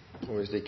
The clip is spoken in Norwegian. Jeg